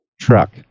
truck